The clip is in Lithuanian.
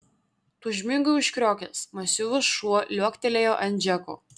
tūžmingai užkriokęs masyvus šuo liuoktelėjo ant džeko